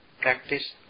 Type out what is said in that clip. practice